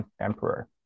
emperor